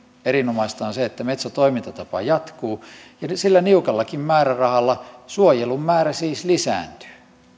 erinomaista on se että metso toimintatapa jatkuu sillä niukallakin määrärahalla suojelun määrä siis lisääntyy